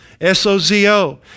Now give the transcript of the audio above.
S-O-Z-O